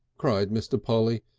cried mr. polly,